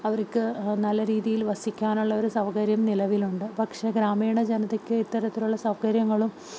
അവർക്ക് നല്ല രീതിയിൽ വസിക്കാനുള്ള ഒരു സൗകര്യം നിലവിലുണ്ട് പക്ഷേ ഗ്രാമീണ ജനതയ്ക്ക് ഇത്തരത്തിലുള്ള സൗകര്യങ്ങളും